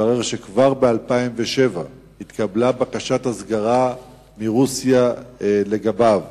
התברר שכבר ב-2007 התקבלה בקשת הסגרה מרוסיה לגביו.